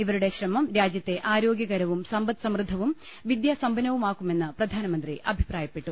ഇവരുടെ ശ്രമം രാജ്യത്തെ ആരോഗ്യകരവും സമ്പദ് സമൃ ദ്ധവും വിദ്യാസമ്പന്നവുമാക്കുമെന്ന് പ്രധാനമന്ത്രി അഭിപ്രായപ്പെ ട്ടു